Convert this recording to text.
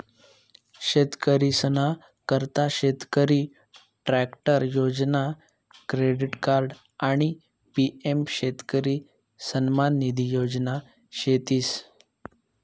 शेतकरीसना करता शेतकरी ट्रॅक्टर योजना, क्रेडिट कार्ड आणि पी.एम शेतकरी सन्मान निधी योजना शेतीस